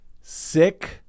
Sick